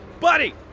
buddy